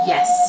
Yes